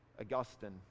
Augustine